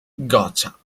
gotcha